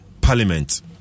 parliament